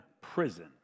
prison